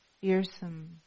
fearsome